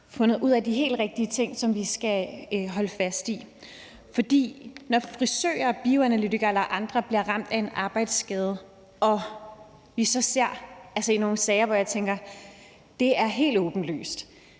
finde ud af de helt rigtige ting, som vi skal holde fast i. Når frisører, bioanalytikere eller andre bliver ramt af en arbejdsskade og vi så ser nogle sager, hvor man tænker, at det er helt åbenlyst,